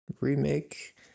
remake